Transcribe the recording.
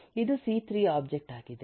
ಇದು ಸಿ3 ಒಬ್ಜೆಕ್ಟ್ ಆಗಿದೆ